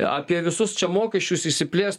apie visus čia mokesčius išsiplės